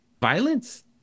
violence